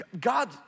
God